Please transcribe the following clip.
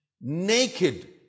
naked